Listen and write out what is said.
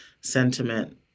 sentiment